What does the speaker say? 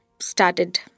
started